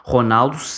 Ronaldo